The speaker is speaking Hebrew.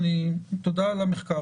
תודה על המחקר,